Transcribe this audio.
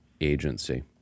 agency